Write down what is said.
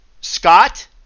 Scott